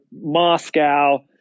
Moscow